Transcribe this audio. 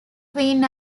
queen